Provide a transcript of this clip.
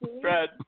Fred